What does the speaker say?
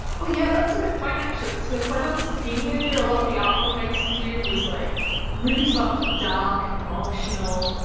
oh, yeah, that's a good point actually because like when i was a teenager, a lot of the artwork i used to do was like really sort of like dark and emotional.